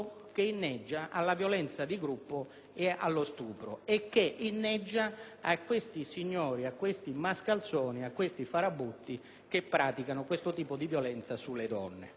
che inneggia alla violenza di gruppo, allo stupro e a quei signori, a quei mascalzoni, a quei farabutti che praticano questo tipo di violenza sulle donne.